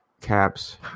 Caps